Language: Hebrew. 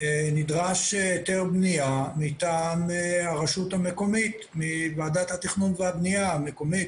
נדרש היתר בנייה מטעם הרשות המקומית מוועדת התכנון והבנייה המקומית,